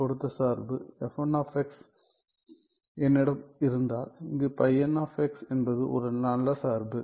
கொடுத்த சார்பு என்னிடம் இருந்தால் இங்கு என்பது ஒரு நல்ல சார்பு